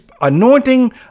anointing